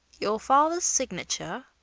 your father's signature?